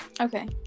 Okay